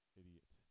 idiot